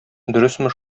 дөресме